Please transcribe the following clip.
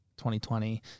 2020